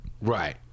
Right